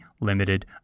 limited